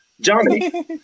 Johnny